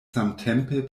samtempe